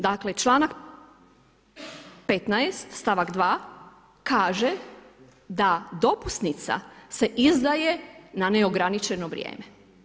Dakle, članak 15. stavak 2. kaže da dopusnica se izdaje na neograničeno vrijeme.